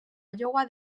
iowa